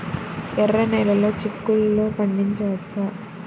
ఎర్ర నెలలో చిక్కుల్లో పండించవచ్చా?